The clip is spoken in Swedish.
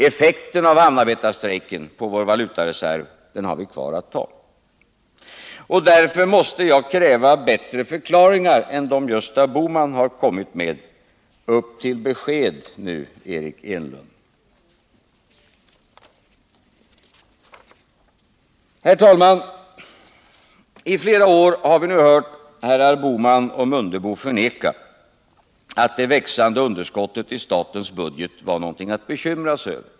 Effekten på vår valutareserv av hamnarbetarstrejken har vi kvar att ta. Därför måste jag kräva bättre förklaringar än dem som Gösta Bohman har kommit med. Upp till besked nu, Eric Enlund! I flera år har vi nu hört herrar Bohman och Mundebo förneka att det växande underskottet i statens budget var något att bekymra sig över.